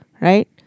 right